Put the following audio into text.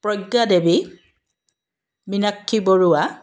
Pragya Devi Meenakshi Barua